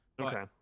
Okay